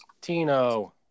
Tino